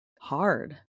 hard